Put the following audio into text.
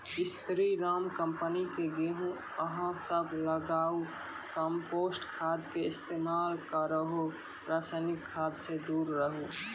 स्री Ram company के गेहूँ अहाँ सब लगाबु कम्पोस्ट खाद के इस्तेमाल करहो रासायनिक खाद से दूर रहूँ?